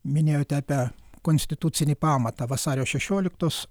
minėjote apie konstitucinį pamatą vasario šešioliktos